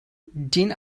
den